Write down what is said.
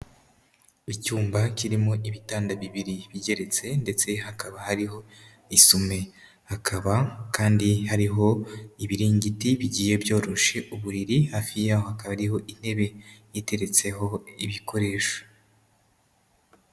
Icyumba kirimo ibitanda bibiri bigeretse ndetse hakaba hariho isume, hakaba kandi hariho ibiringiti bigiye byoroshe uburiri, hafi yaho hakaba hariho intebe iteretseho ibikoresho.